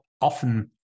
often